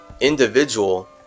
individual